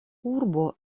urbo